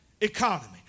economy